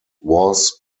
was